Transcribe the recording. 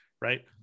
right